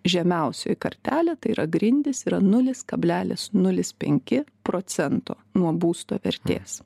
žemiausioji kartelė tai yra grindys yra nulis kablelis nulis penki procento nuo būsto vertės